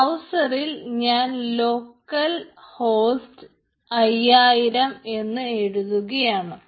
ബ്രൌസറിൽ ഞാൻ ലോക്കൽഹോസ്റ്റ് 5000 എന്ന് എഴുതുകയാണ്